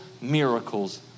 miracles